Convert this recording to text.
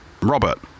Robert